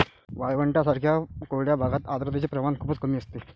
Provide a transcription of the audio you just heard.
वाळवंटांसारख्या कोरड्या भागात आर्द्रतेचे प्रमाण खूपच कमी असते